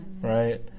Right